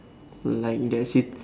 like the sit~